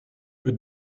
für